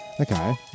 Okay